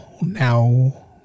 Now